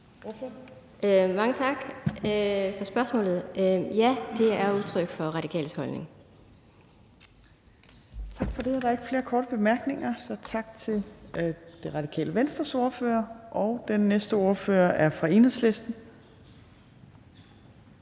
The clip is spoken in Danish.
Mange tak for spørgsmålet. Ja, det er udtryk for Radikales holdning. Kl. 17:54 Tredje næstformand (Trine Torp): Tak for det. Der er ikke flere korte bemærkninger, så tak til Radikale Venstres ordfører. Og den næste ordfører er fra Enhedslisten.